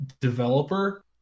developer